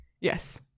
Yes